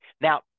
Now